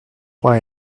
why